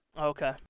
Okay